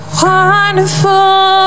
wonderful